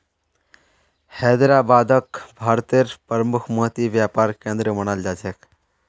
हैदराबादक भारतेर प्रमुख मोती व्यापार केंद्र मानाल जा छेक